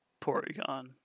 Porygon